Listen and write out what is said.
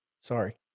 Sorry